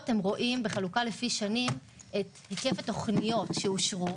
בחלוקה לפי שנים רואים את היקף התוכניות שאושרו